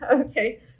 Okay